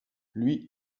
lui